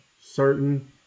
certain